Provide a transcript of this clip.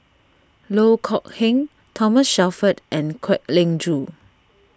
Loh Kok Heng Thomas Shelford and Kwek Leng Joo